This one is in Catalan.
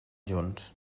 junts